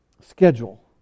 schedule